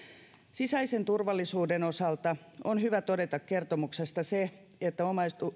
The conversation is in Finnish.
sisäisen turvallisuuden osalta on hyvä todeta kertomuksesta se että